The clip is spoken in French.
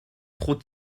trop